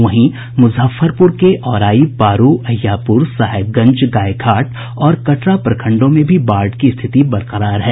वहीं मुजफ्फरपुर के औराई पारू अहियापुर साहेबगंज गायघाट और कटरा प्रखंडों में भी बाढ़ की स्थिति बरकरार है